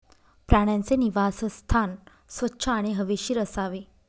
प्राण्यांचे निवासस्थान स्वच्छ आणि हवेशीर असावे